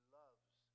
loves